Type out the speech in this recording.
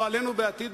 לא עלינו,